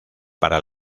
para